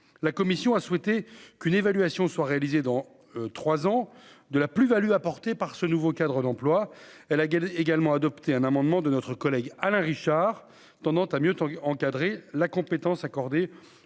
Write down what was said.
la commission a souhaité qu'une évaluation soit réalisée dans 3 ans de la plus-Value apportée par ce nouveau cadre d'emploi, elle a également adopté un amendement de notre collègue Alain Richard tendant à mieux ton encadrer la compétence accordée